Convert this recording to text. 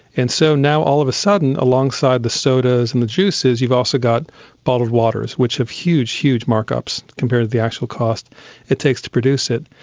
and so now all of a sudden alongside the sodas and the juices you've also got bottled waters, which have huge, huge mark-ups compared to the actual cost it takes to produce it.